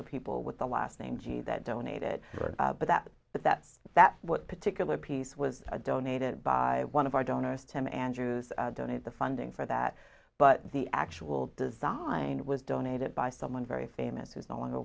the people with the last name gee that donated but that but that's that's what particular piece was donated by one of our donors to andrews donated the funding for that but the actual design was donated by someone very famous is no longer